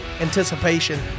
anticipation